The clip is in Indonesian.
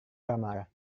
kamar